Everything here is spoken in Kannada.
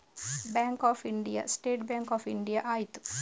bank of India State Bank of India ಆಯಿತು